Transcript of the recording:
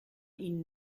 ihnen